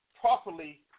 properly